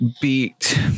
beat